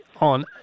on